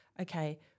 okay